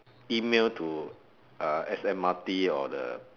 email to uh S_M_R_T or the